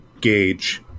gauge